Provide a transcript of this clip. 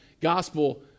gospel